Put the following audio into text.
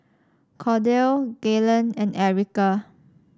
Cordell Gaylen and Erica